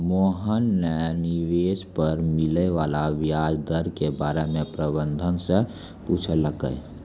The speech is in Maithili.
मोहन न निवेश पर मिले वाला व्याज दर के बारे म प्रबंधक स पूछलकै